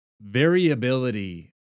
variability